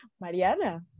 Mariana